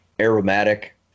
aromatic